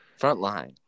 Frontline